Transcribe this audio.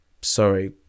sorry